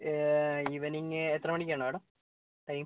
evening എത്ര മണിക്കാണ് madam time